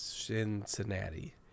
cincinnati